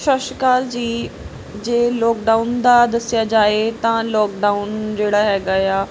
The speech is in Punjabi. ਸਤਿ ਸ਼੍ਰੀ ਅਕਾਲ ਜੀ ਜੇ ਲੋਕਡਾਊਨ ਦਾ ਦੱਸਿਆ ਜਾਏ ਤਾਂ ਲੋਕਡਾਊਨ ਜਿਹੜਾ ਹੈਗਾ ਆ